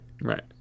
Right